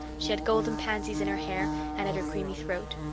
she had golden pansies in her hair and at her creamy throat.